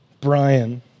Brian